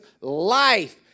life